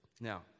now